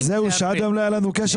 אפילו ההרכבים,